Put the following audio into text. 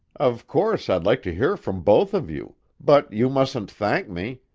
of course, i'd like to hear from both of you, but you mustn't thank me!